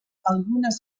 algunes